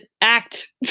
act